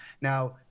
Now